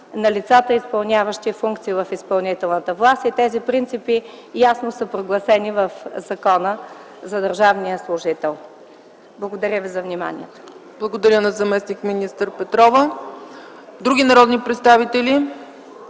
на лицата, изпълняващи функции в изпълнителната власт, и тези принципи ясно са прогласени в Закона за държавния служител. Благодаря ви за вниманието. ПРЕДСЕДАТЕЛ ЦЕЦКА ЦАЧЕВА: Благодаря на заместник-министър Петрова. Има ли народни представители,